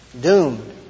Doomed